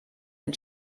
den